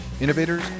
innovators